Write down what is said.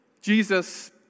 Jesus